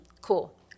Cool